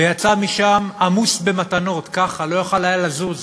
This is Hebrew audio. ויצא משם עמוס ב"מתנות" ככה, לא היה יכול לזוז.